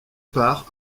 part